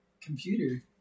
computer